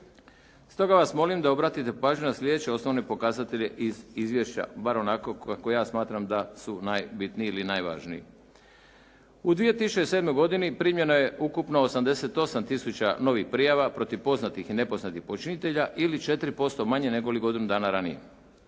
Stoga vas molim da obratite pažnju na slijedeće osnovne pokazatelje iz izvješća, bar onako kako ja smatram da su najbitniji ili najvažniji. U 2007. godini primljeno je ukupno 88 tisuća novih prijava protiv poznatih i nepoznatih počinitelja ili 4% manje nego li godinu dana ranije.